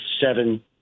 seven